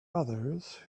others